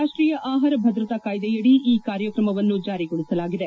ರಾಷ್ಷೀಯ ಆಹಾರ ಭದ್ರತಾ ಕಾಯ್ದೆಯಡಿ ಈ ಕಾರ್ಯಕ್ರಮವನ್ನು ಜಾರಿಗೊಳಿಸಲಾಗಿದೆ